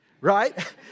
right